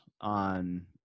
on